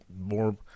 more